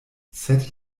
sed